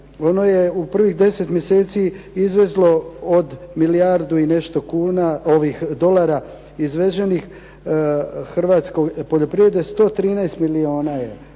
ono je u prvih 10 mjeseci izvezlo od milijardu i nešto dolara izveženih hrvatske poljoprivrede 113 milijuna je